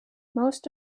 most